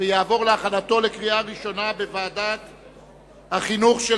לדיון מוקדם בוועדת החינוך,